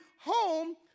home